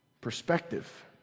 Perspective